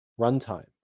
runtime